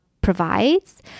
provides